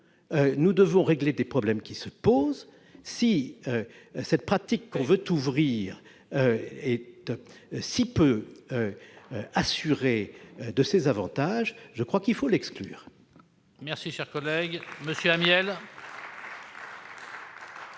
Nous devons régler des problèmes qui se posent. Si la pratique que l'on veut ouvrir est si peu assurée de ses avantages, je pense qu'il faut l'exclure.